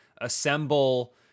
assemble